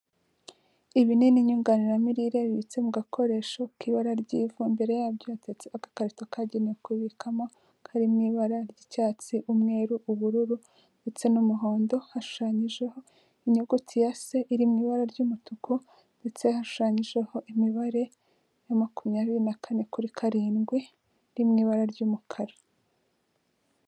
Ibinini nyunganiramirire bibitse mu gakoresho k'ibara ry'ivu, imbere yabyo hateretse agakarito kagenewe kubibikamo kari mu ibara ry'icyatsi, umweru, ubururu ndetse n'umuhondo, hashushanyijeho inyuguti ya se iri mu ibara ry'umutuku ndetse hashushanyijeho imibare ya makumyabiri na kane kuri karindwi iri mu ibara ry'umukara.